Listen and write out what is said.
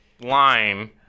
line